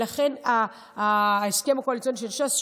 לכן ההסכם הקואליציוני של ש"ס,